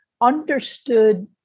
understood